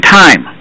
time